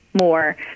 more